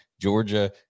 Georgia